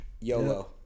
YOLO